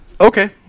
Okay